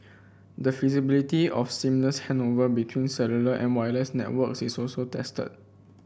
the feasibility of seamless handover between cellular and wireless networks is also tested